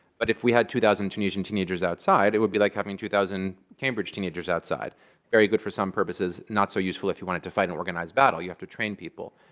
but if we had two thousand tunisian teenagers outside, it would be like having two thousand cambridge teenagers outside very good for some purposes, not so useful if you wanted to fight an organized battle. you have to train people.